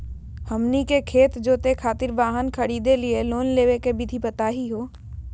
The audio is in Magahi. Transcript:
हमनी के खेत जोते खातीर वाहन खरीदे लिये लोन लेवे के विधि बताही हो?